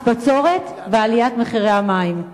מס בצורת ועליית מחירי המים.